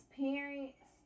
parents